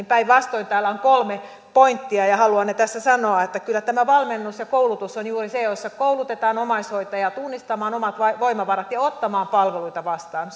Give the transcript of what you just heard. päinvastoin täällä on kolme pointtia ja haluan ne tässä tuoda esiin kyllä tämä valmennus ja koulutus on juuri se missä koulutetaan omaishoitajaa tunnistamaan omat voimavarat ja ottamaan palveluita vastaan